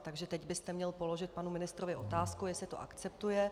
Takže teď byste měl položit panu ministrovi otázku, jestli to akceptuje.